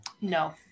no